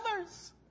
others